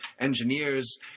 engineers